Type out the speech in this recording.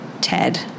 Ted